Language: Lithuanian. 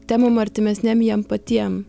temom artimesnėm jiem patiem